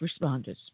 responders